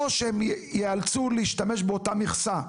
או שהם יאלצו להשתמש באותה מכסה,